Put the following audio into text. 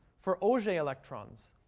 for auger electrons,